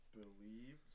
believe